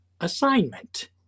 assignment